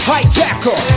Hijacker